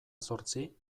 zortzi